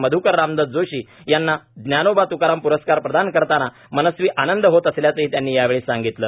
मध्कर रामदास जोशी यांना ज्ञानोबा त्काराम प्रस्कार प्रदान करतांना मनस्वी आनंद होत असल्याचे त्यांनी यावेळी सांगितले